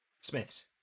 Smith's